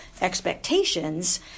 expectations